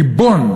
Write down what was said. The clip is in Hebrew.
ריבון.